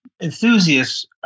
enthusiasts